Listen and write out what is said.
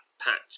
patch